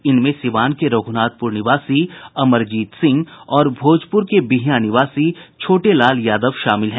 इनमें सीवान के रघुनाथपुर निवासी अमरजीत सिंह और भोजपुर के बिहियां निवासी छोटे लाल यादव शामिल हैं